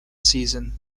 season